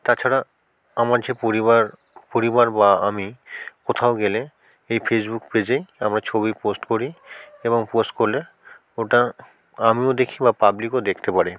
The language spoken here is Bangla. তাছাড়া আমার যে পরিবার পরিবার বা আমি কোথাও গেলে এই ফেসবুক পেজে আমরা ছবি পোস্ট করি এবং পোস্ট করলে ওটা আমিও দেখি বা পাবলিকও দেখতে পারে